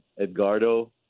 Edgardo